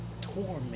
torment